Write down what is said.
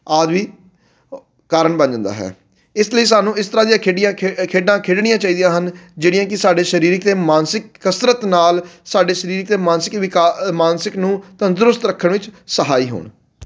ਆਦਿ ਵੀ ਕਾਰਨ ਬਣ ਜਾਂਦਾ ਹੈ ਇਸ ਲਈ ਸਾਨੂੰ ਇਸ ਤਰਾਂ ਦੀਆਂ ਖੇਡੀਆਂ ਖੇਡਾਂ ਖੇਡਣੀਆਂ ਚਾਹੀਦੀਆਂ ਹਨ ਜਿਹੜੀਆਂ ਕਿ ਸਾਡੇ ਸਰੀਰਕ ਅਤੇ ਮਾਨਸਿਕ ਕਸਰਤ ਨਾਲ ਸਾਡੇ ਸਰੀਰਕ ਅਤੇ ਮਾਨਸਿਕ ਵਿਕਾ ਮਾਨਸਿਕ ਨੂੰ ਤੰਦਰੁਸਤ ਰੱਖਣ ਵਿੱਚ ਸਹਾਈ ਹੋਣ